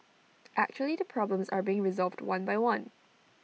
actually the problems are being resolved one by one